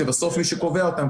שבסוף מי שקובע אותם,